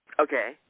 Okay